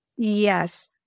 Yes